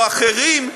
או אחרים,